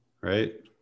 right